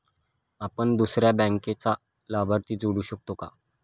आपण दुसऱ्या बँकेचा लाभार्थी जोडू शकतो का?